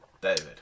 David